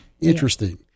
Interesting